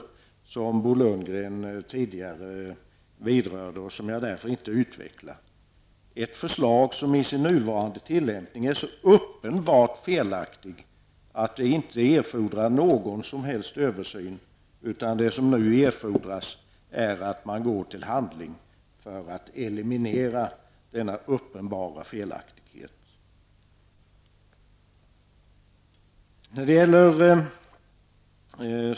Detta är något som Bo Lundgren tidigare vidrörde och som jag därför inte utvecklar. Här är det fråga om en bestämmelse som i sin nuvarande tillämpning är så uppenbart felaktig att den inte fordrar någon som helst översyn. Det som nu erfordras är att man går till handling för att eliminera denna uppenbara felaktighet.